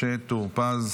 משה טור פז,